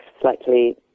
slightly